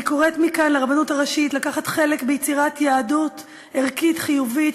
אני קוראת מכאן לרבנות הראשית לקחת חלק ביצירת יהדות ערכית חיובית,